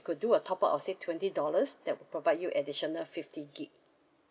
could do a top up of say twenty dollars that provide you additional fifty gigabytes